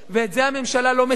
ואת זה הממשלה לא מציעה.